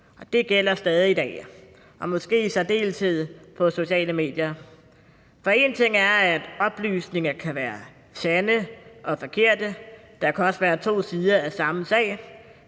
det gælder stadig i dag, og måske i særdeleshed på sociale medier. For én ting er, at oplysninger kan være sande eller forkerte – der kan også være to sider af samme sag